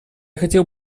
хотел